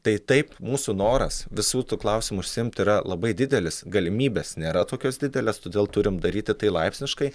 tai taip mūsų noras visų tų klausimų užsiimti yra labai didelis galimybės nėra tokios didelės todėl turim daryti tai laipsniškai